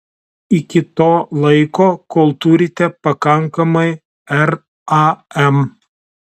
iki to laiko kol turite pakankamai ram